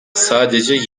sadece